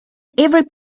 every